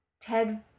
Ted